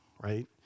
right